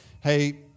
hey